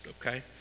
okay